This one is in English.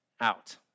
out